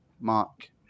Mark